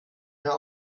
mehr